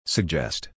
Suggest